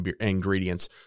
ingredients